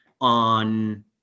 on